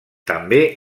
també